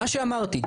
מה שאמרתי,